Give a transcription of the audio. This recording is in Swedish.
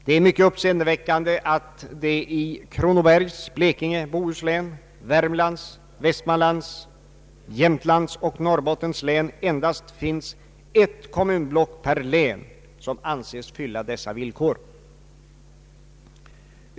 Det är mycket uppseendeväckande att det i Kronobergs, Blekinge, Göteborgs och Bohus, Värmlands, Västmanlands, Jämtlands och Norrbottens län endast finns ett kommunblock per län som anses fylla dessa villkor.